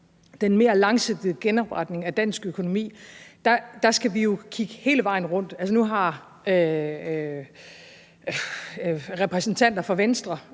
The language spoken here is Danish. den mere langsigtede genopretning af dansk økonomi, skal kigge hele vejen rundt. Altså, nu har repræsentanter for Venstre